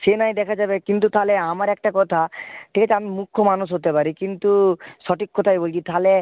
সে নয় দেখা যাবে কিন্তু তাহলে আমার একটা কথা ঠিক আছে আমি মুর্খ মানুষ হতে পারি কিন্তু সঠিক কথাই বলছি তাহলে